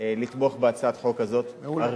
לתמוך בהצעת החוק הזאת, מעולה.